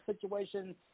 situation